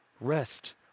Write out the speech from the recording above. rest